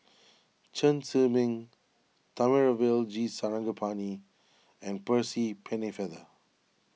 Chen Zhiming Thamizhavel G Sarangapani and Percy Pennefather